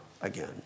again